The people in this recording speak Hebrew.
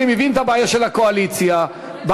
אני מבין את הבעיה של הקואליציה בהצבעות,